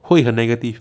会很 negative